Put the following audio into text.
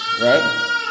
right